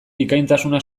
bikaintasuna